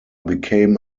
became